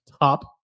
top